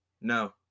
No